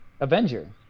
Avenger